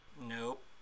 Nope